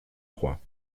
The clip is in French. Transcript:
trois